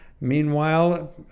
Meanwhile